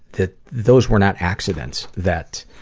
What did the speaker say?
that those were not accidents that